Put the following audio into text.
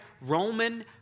Roman